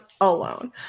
alone